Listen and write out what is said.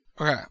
Okay